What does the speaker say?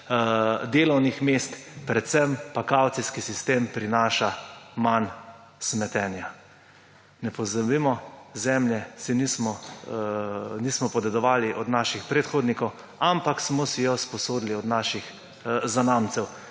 delovnih mest, predvsem pa kavcijski sistem prinaša manj smetenja. Ne pozabimo, Zemlje nismo podedovali od naših predhodnikov, ampak smo si jo izposodili od naših zanamcev.